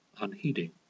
unheeding